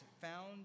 found